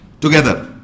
together